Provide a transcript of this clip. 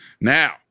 Now